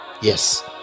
Yes